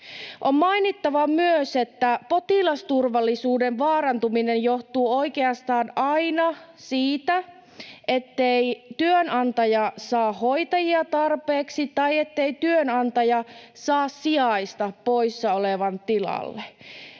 On mainittava myös, että potilasturvallisuuden vaarantuminen johtuu oikeastaan aina siitä, ettei työnantaja saa hoitajia tarpeeksi tai ettei työnantaja saa sijaista poissa olevan tilalle.